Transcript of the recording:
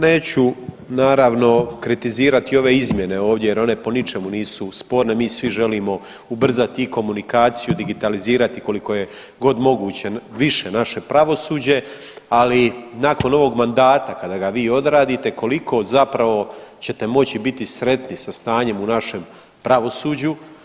Neću naravno kritizirati ove izmjene ovdje jer one po ničemu nisu sporne, mi svi želimo ubrzati i komunikaciju, digitalizirati koliko je god moguće više naše pravosuđe, ali nakon ovog mandata kada ga vi odradite koliko zapravo ćete moći biti sretni sa stanjem u našem pravosuđu?